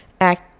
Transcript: act